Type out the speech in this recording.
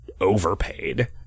overpaid